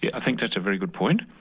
yeah i think that's a very good point.